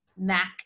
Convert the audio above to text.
Mac